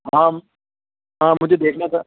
हाँ हाँ मुझे देखना था